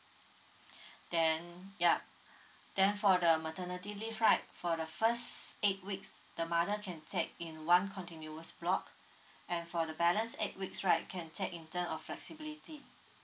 then ya then for the maternity leave right for the first eight weeks the mother can take in one continuous block and for the balance eight weeks right can take in term of flexibility